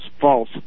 false